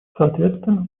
соответственно